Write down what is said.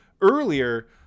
earlier